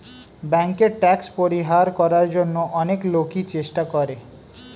ব্যাংকে ট্যাক্স পরিহার করার জন্য অনেক লোকই চেষ্টা করে